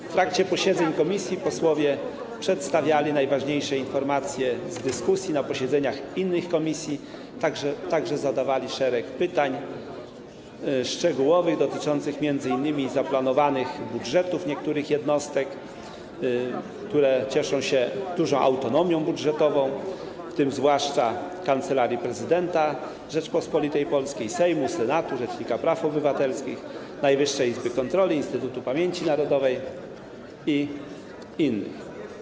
W trakcie posiedzeń komisji posłowie przedstawiali najważniejsze informacje z dyskusji na posiedzeniach innych komisji, zadawali wiele pytań szczegółowych, dotyczących m.in. zaplanowanych budżetów niektórych jednostek, które cieszą się dużą autonomią budżetową, w tym zwłaszcza Kancelarii Prezydenta Rzeczypospolitej Polskiej, Kancelarii Sejmu, Kancelarii Senatu, Rzecznika Praw Obywatelskich, Najwyższej Izby Kontroli, Instytutu Pamięci Narodowej i innych.